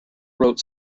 wrote